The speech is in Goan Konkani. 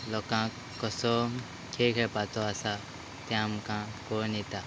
लोकांक कसो खेळ खेळपाचो आसा तें आमकां कळून येता